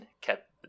kept